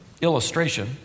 illustration